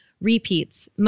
repeats